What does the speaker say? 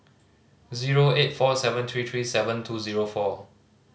zero eight four seven three three seven two zero four